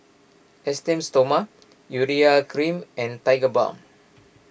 Esteem Stoma Urea Cream and Tigerbalm